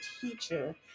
teacher